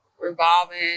revolving